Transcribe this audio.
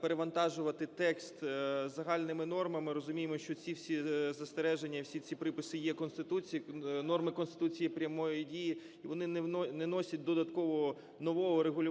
перевантажувати текст загальними нормами. Розуміємо, що ці всі застереження і всі ці приписи є в Конституції, норми Конституції прямої дії, і вони не носять додаткового нового регулювання,